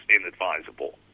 inadvisable